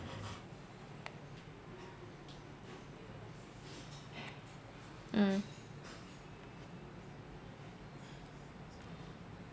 mm